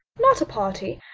not a party.